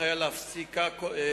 בעניין זה יש להוסיף ולהבהיר,